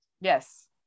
Yes